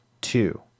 Two